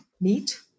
meat